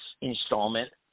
installment